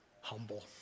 humble